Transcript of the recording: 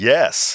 Yes